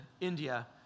India